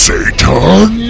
Satan